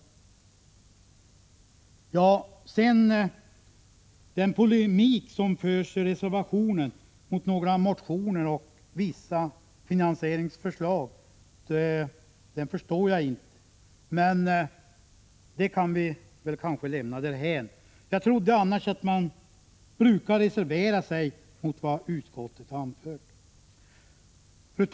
59 Den polemik som förs i reservationen mot några motioner och vissa finansierings förslag förstår jag inte, men detta kan vi kanske lämna därhän. Jag trodde annars att man brukade reservera sig mot vad utskottet har anfört.